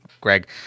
greg